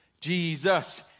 Jesus